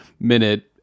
minute